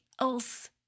else